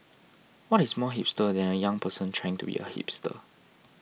what is more hipster than a young person trying to be a hipster